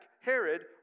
Herod